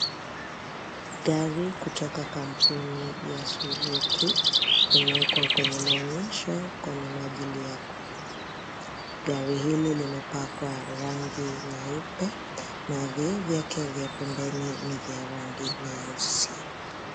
Gari kutoka kampuni ya suzuki imeekwa kwenye maonyesho kwa minajili ya kuuzwa. Gari hili limepakwa rangi nyeupe na vioo vyake vya pembeni ni vya rangi nyeusi.